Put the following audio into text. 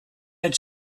had